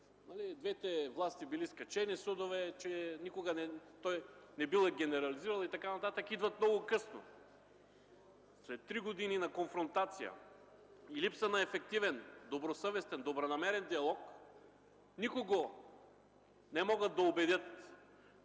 двете власти били скачени съдове и той никога не бил генерализирал и така нататък, идват много късно. След три години на конфронтация и липса на ефективен, добросъвестен и добронамерен диалог, никого не могат да убедят,